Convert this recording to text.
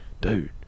Dude